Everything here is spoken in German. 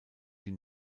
die